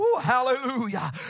Hallelujah